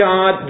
God